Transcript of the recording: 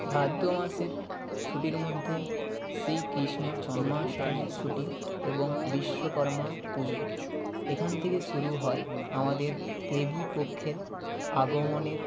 ভাদ্র মাসের ছুটির মধ্যে শ্রীকৃষ্ণের জন্মাষ্টমীর ছুটি এবং বিশ্বকর্মা পুজো এখান থেকে শুরু হয় আমাদের দেবীপক্ষের আগমনের